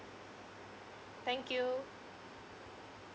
thank you